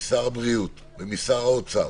משר הבריאות ומשר האוצר